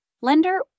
lender